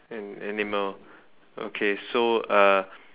an animal okay so uh